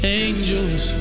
angels